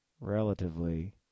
relatively